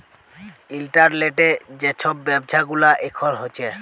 ইলটারলেটে যে ছব ব্যাব্ছা গুলা এখল হ্যছে